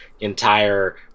entire